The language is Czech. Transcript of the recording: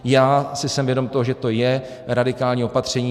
Já si jsem vědom toho, že to je radikální opatření.